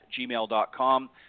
gmail.com